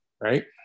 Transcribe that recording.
Right